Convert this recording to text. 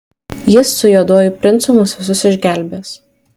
jis su juoduoju princu mus visus išgelbės